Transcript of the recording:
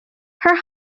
her